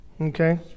Okay